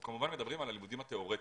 אנחנו כמובן מדברים על הלימודים התיאורטיים.